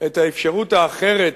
את האפשרות האחרת